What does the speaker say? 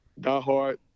diehard